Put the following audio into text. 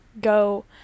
go